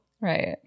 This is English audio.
right